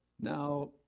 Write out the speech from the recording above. Now